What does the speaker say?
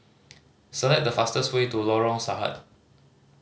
select the fastest way to Lorong Sarhad